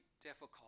difficult